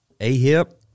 AHIP